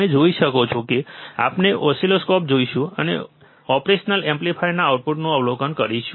તમે જોઈ શકો છો કે આપણે ઓસિલોસ્કોપ જોઈશું અને ઓપરેશનલ એમ્પ્લીફાયરના આઉટપુટનું અવલોકન કરીશું